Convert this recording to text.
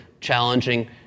challenging